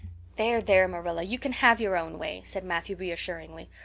there, there, marilla, you can have your own way, said matthew reassuringly.